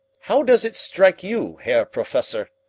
how does it strike you, herr professor?